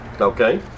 Okay